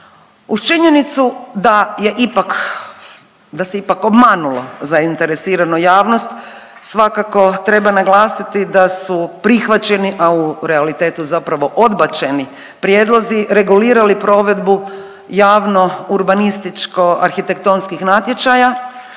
Uz činjenicu da se ipak obmanulo zainteresiranu javnost svakako treba naglasiti da su prihvaćeni, a u realitetu zapravo odbačeni prijedlozi regulirali provedbu javno urbanističko-arhitektonskih natječaja